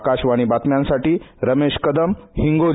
आकाशवाणी बातम्यासाठी रमेश कदम हिंगोली